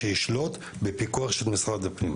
שישלוט בפיקוח של המשרד לביטחון הפנים.